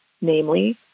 namely